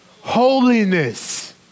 Holiness